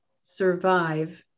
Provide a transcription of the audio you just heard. survive